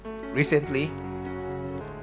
Recently